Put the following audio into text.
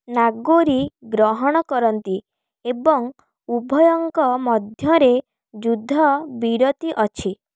ନାଗୋରୀ ଗ୍ରହଣ କରନ୍ତି ଏବଂ ଉଭୟଙ୍କ ମଧ୍ୟରେ ଯୁଦ୍ଧ ବିରତି ଅଛି